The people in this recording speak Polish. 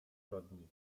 zbrodni